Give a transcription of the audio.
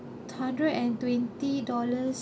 hundred and twenty dollars